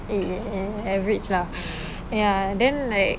eh average lah ya and then like